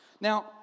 Now